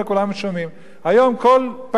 היום כל פקיד דיקטטור בפני עצמו,